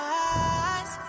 eyes